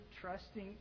trusting